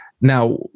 Now